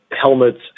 helmets